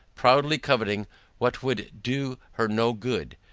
proudly coveting what would do her no good,